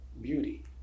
beauty